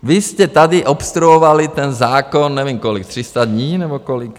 Vy jste tady obstruovali ten zákon, nevím kolik, tři sta dní, nebo kolik?